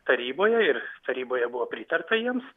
taryboje ir taryboje buvo pritarta jiems